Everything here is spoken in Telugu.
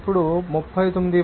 ఇప్పుడు 39